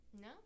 No